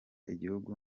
igihugu